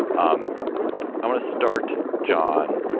um i want to start, john,